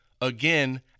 again